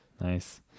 Nice